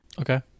Okay